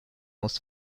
muss